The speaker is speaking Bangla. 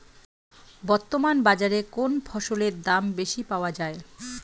বর্তমান বাজারে কোন ফসলের দাম বেশি পাওয়া য়ায়?